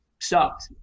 sucked